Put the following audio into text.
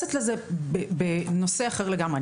מתייחסת לזה בנושא אחר לגמרי.